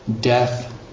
death